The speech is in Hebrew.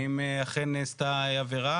האם אכן נעשתה עבירה,